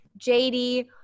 JD